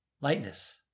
lightness